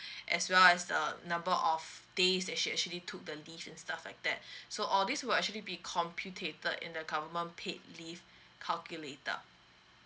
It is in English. as well as the number of days that she actually took the leave and stuff like that so all these will actually be computated in the government paid leave calculator